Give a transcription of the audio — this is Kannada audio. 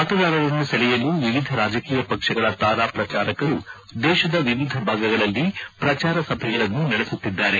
ಮತದಾರರನ್ನು ಸೆಳೆಯಲು ವಿವಿಧ ಕಾಜಕೀಯ ಪಕ್ಷಗಳ ತಾರಾ ಪ್ರಚಾರಕರು ದೇಶದ ವಿವಿಧ ಭಾಗಗಳಲ್ಲಿ ಪ್ರಚಾರ ಸಭೆಗಳನ್ನು ನಡೆಸುತ್ತಿದ್ದಾರೆ